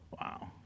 Wow